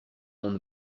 monde